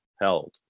held